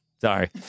Sorry